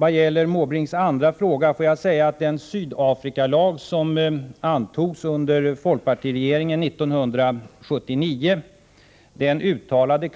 Vad gäller Bertil Måbrinks andra fråga får jag säga att den Sydafrikalag som antogs under folkpartiregeringen 1979 klart uttalade